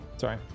Sorry